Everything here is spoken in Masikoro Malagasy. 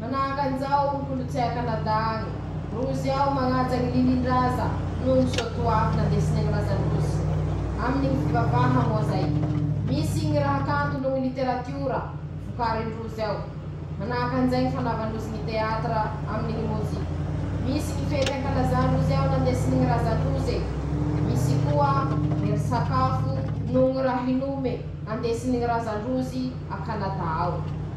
Aminy ñy salady noho ñy mofo salady :- ñy salady ñahy rotiako atao jabo atoandro atony iñy ro maha vintsy ro sady mahafapo ahy soa, noho iñy koa ñy soa amiko aminy ñy jabo.